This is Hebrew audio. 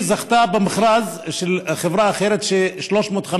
היא זכתה במכרז של חברה אחרת, של 350 שקל.